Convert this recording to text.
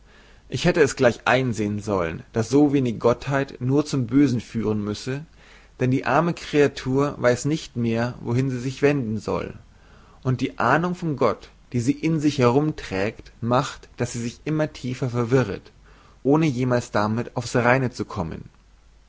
ich hätte es gleich einsehen sollen daß so wenig gottheit nur zum bösen führen müsse denn die arme kreatur weiß nicht mehr wohin sie sich wenden soll und die ahnung von gott die sie in sich herumträgt macht daß sie sich immer tiefer verwirret ohne jemals damit aufs reine zu kommen